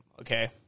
okay